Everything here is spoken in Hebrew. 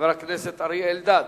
חבר הכנסת אריה אלדד.